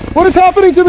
what is happening to me?